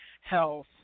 health